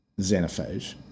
Xenophage